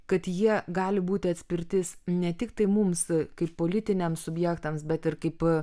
kad jie gali būti atspirtis ne tiktai mums kaip politiniams subjektams bet ir kaip